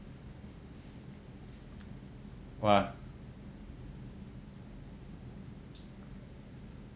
!wah!